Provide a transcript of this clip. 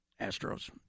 Astros